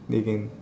they can